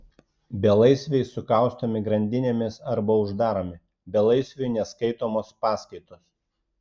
belaisviai sukaustomi grandinėmis arba uždaromi belaisviui neskaitomos paskaitos